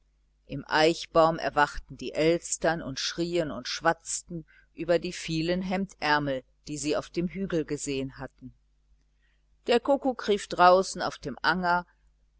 im eichbaum erwachten die elstern und schrien und schwatzten über die vielen hemdärmel die sie auf dem hügel gesehen hatten der kuckuck rief draußen auf dem anger